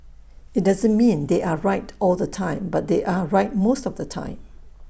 IT doesn't mean they are right all the time but they are right most of the time